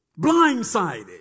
Blindsided